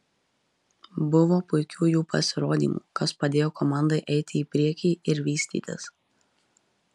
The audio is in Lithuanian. buvo puikių jų pasirodymų kas padėjo komandai eiti į priekį ir vystytis